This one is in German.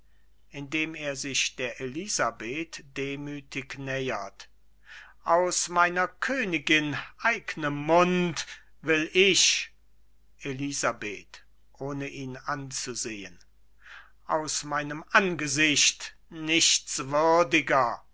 indem er sich der elisabeth demütig nähert aus meiner königin eigenem mund will ich elisabeth ohne ihn anzusehen aus meinem angesicht